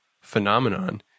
phenomenon